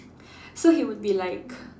so he would be like